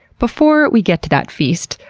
before we get to that feast,